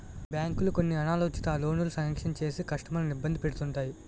బ్యాంకులు కొన్ని అనాలోచిత లోనులు శాంక్షన్ చేసి కస్టమర్లను ఇబ్బంది పెడుతుంటాయి